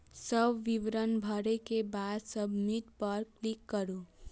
सब विवरण भरै के बाद सबमिट पर क्लिक करू